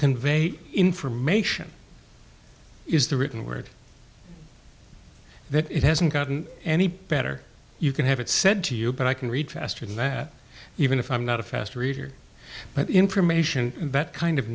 convey information is the written word that it hasn't gotten any better you can have it said to you but i can read faster than that even if i'm not a fast reader but the information that kind of